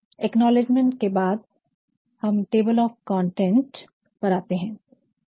acknowledgement के बाद हम table of content table of content विषय सामग्री सूची पर आते हैं